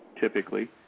typically